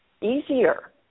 easier